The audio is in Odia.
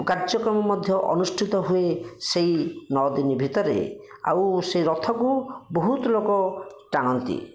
କାର୍ଯ୍ୟକ୍ରମ ମଧ୍ୟ ଅନୁଷ୍ଠିତ ହୁଏ ସେହି ନଅ ଦିନି ଭିତରେ ଆଉ ସେହି ରଥକୁ ବହୁତ ଲୋକ ଟାଣନ୍ତି